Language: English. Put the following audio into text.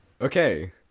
Okay